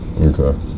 Okay